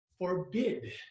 Forbid